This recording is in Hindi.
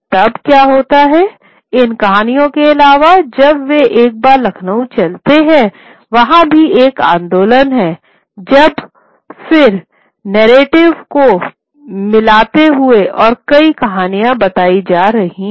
तब क्या होता है इन कहानियों के अलावा जब वे एक बार लखनऊ चलते हैं वहाँ भी एक आन्दोलन है जब फिर नैरेटिव को मिलाते हुए और नई कहानियां बताई जा रही हैं